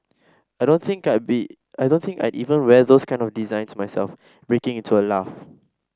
I don't think I be I don't think I'd even wear those kinds of designs myself breaking into a laugh